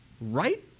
Right